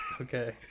Okay